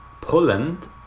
Poland